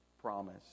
promise